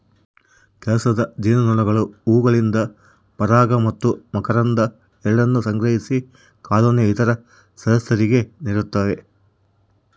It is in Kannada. ಕೆಲಸಗಾರ ಜೇನುನೊಣಗಳು ಹೂವುಗಳಿಂದ ಪರಾಗ ಮತ್ತು ಮಕರಂದ ಎರಡನ್ನೂ ಸಂಗ್ರಹಿಸಿ ಕಾಲೋನಿಯ ಇತರ ಸದಸ್ಯರಿಗೆ ನೀಡುತ್ತವೆ